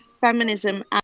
feminism